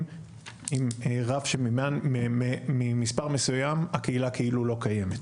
עם רף שממספר מסוים הקהילה כאילו לא קיימת.